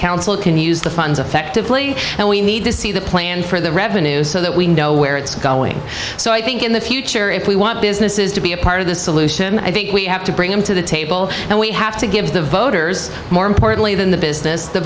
council can use the funds effectively and we need to see the plan for the revenues so that we know where it's going so i think in the future if we want businesses to be a part of the solution i think we have to bring them to the table and we have to give the voters more importantly than the business the